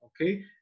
okay